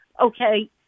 okay